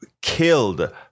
killed